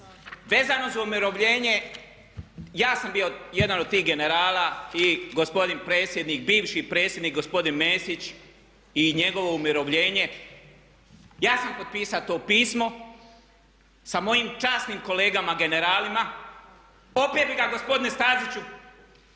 Vezano za umirovljenje, ja sam bio jedan od tih generala i gospodin predsjednik, bivši predsjednik gospodin Mesić i njegovo umirovljenje, ja sam potpisao to pismo sa mojim časnim kolegama generalima. Opet bih ga gospodine Staziću